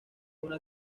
una